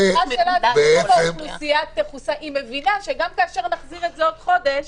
זה בעצם --- היא מבינה שגם כאשר נחזיר את זה עוד חודש,